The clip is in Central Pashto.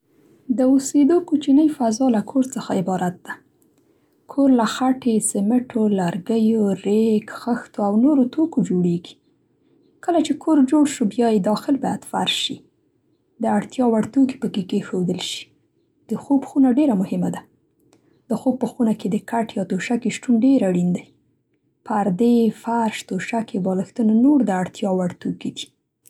د اوسېدو کوچنۍ فضا له کور څخه عبارت ده. کور له خټې، سمټو، لرګیو، رېګ، خښتو او نورو توکو جوړېږي. کله چې کور جوړ شو بیا یې دا خل باید فرش شي. د اړتیا وړ توکي په کې کېښودل شي. د خوب خونه ډېره مهمه ده. د خوب په خونه کې د کټ یا توشکې شتون ډېر اړین دی. پردې، فرش، توشکې، بالښتونه نور د اړتیا وړ توکي دي.